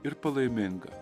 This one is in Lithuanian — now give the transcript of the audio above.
ir palaiminga